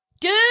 Dude